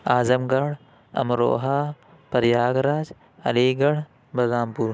اعظم گڑھ Amroha Prayagraj Aligarh Balram پور